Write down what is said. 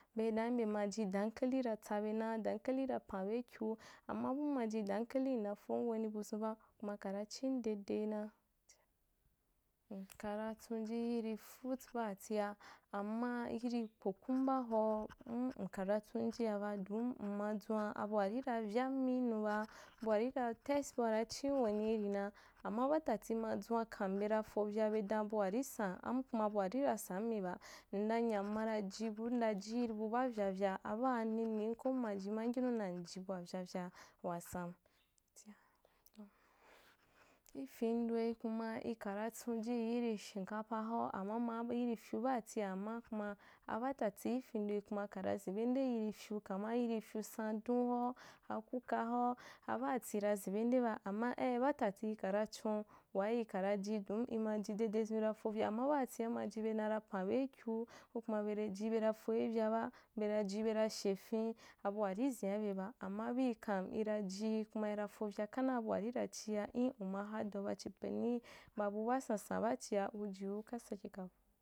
Be dun nbema ji dankali ra tsabe naa dankali ra pambeu kyu, amma bum maji dankali nda fom wenì buzumba, kuma kara chim dedena. Nkara tsunji yirí fruits daatia amma yiri cucumba hoa m m nkara tsunjia ba, don nma dzwan abua rî ra vyam mi inuba, buarî ra tast bua ra chim weni yirìna, amma baatati ma dzwan kam bera fovya be dan buari san am kuma buari ra sammiba, nda nya mbara kjibu ndaji jiyiri bu baa vyavya abaa nenem ko n majima n yinu dan m ji bua vyavyaa wasam. Ifeu ndoi kuma ikana tsunji yirì shimkapa hoa amma nma bu yirī fyu baatia ma kuma, abatati ifindoi kuma kara zenbe nde yiri fyu kama yiri fyu sandun hoa akuka hoa, abaati ra zen be nde ba, amma aì batati ikara tsun waikara ji don imaji dedezun ira fovya amma baatia maji be dan ra pan be ikyu, ko kuma beriji bena fobe vyaba, beraji bena shefen, abua zen abeba, amma bii kam iraji kuma ira fovya kaudaa buari ra chia enu uma hadau ba chepeni ba bu baa sansan baa chia uji uka sakeka.